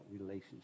relationship